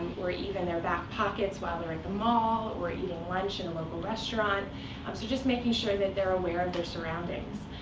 or even their back pockets while they're at the mall or eating lunch in a local restaurant um so just making sure that they're aware of their surroundings.